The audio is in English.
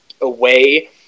away